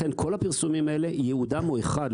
לכן כל הפרסומים האלה ייעודם הוא אחד,